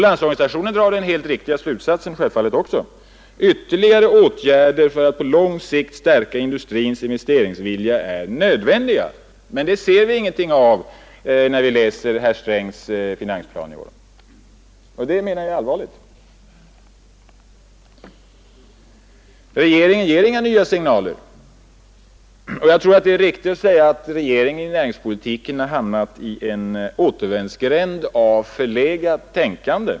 Landsorganisationen drar också den helt riktiga slutsatsen att ”ytterligare åtgärder för att på lång sikt stärka industrins investeringsvilja är nödvändiga”. Men det ser vi ingenting av när vi läser herr Strängs finansplan i år. Det menar jag är allvarligt. Regeringen ger inga nya signaler. Jag tror det är riktigt att säga, att regeringen i näringspolitiken har hamnat i en återvändsgränd av förlegat tänkande.